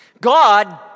God